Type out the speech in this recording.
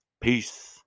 Peace